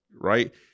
Right